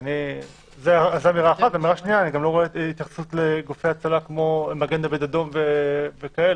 אני גם לא רואה התייחסות לגופי הצלה כמו מגן דוד אדום וכדומה.